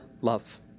love